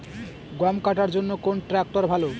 গম কাটার জন্যে কোন ট্র্যাক্টর ভালো?